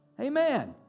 Amen